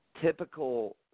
typical